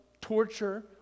torture